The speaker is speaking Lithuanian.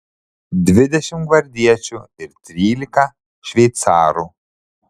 dvidešimt gvardiečių ir trylika šveicarų